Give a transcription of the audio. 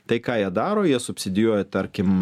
tai ką jie daro jie subsidijuoja tarkim